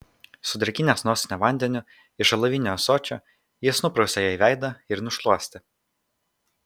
sudrėkinęs nosinę vandeniu iš alavinio ąsočio jis nuprausė jai veidą ir nušluostė